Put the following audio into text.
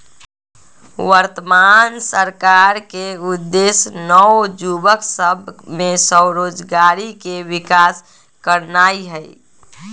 वर्तमान सरकार के उद्देश्य नओ जुबक सभ में स्वरोजगारी के विकास करनाई हई